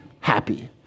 happy